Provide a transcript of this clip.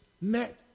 met